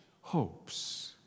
hopes